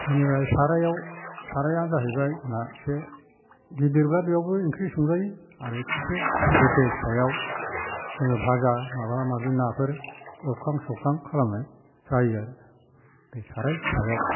बेनिफ्राय साराइयाव साराइआ जाहैबाय जोंना एसे गिदिरब्ला बेयावबो ओंख्रि संजायो आरो एसे रेथे फिसायाव जोङो भाजा माबा माबि नाफोर एवखां सावखां खालामनाय जायो आराे बे साराइ फिसायाव